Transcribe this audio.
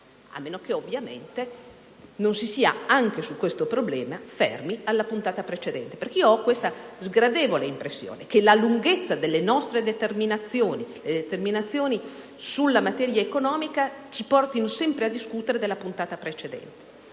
A meno che, ovviamente, non si sia anche su questo problema fermi alla puntata precedente. Ho infatti la sgradevole impressione che proprio la lunghezza delle nostre determinazioni sulla materia economica ci porti sempre a discutere della puntata precedente.